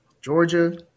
Georgia